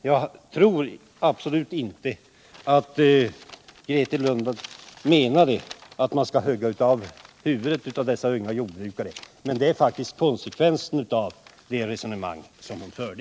Jag tror inte att Grethe Lundblad menade att man skulle hugga huvudet av dessa unga jordbrukare, men det blir faktiskt konsekvensen av det resonemang hon förde.